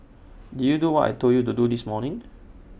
did you do what I Told you to do this morning